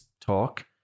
talk